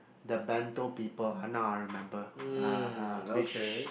the bento people ah now I remember ah ah